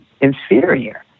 inferior